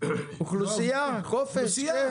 עורך דין שייצג את אלה מהחברות הגדולות ביותר,